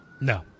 No